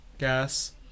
Gas